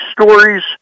stories